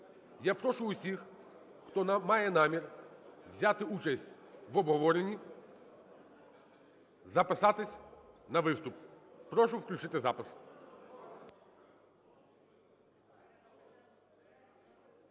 Я прошу усіх, хто має намір взяти участь в обговоренні, записатись на виступ. Прошу включити запис.